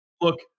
Look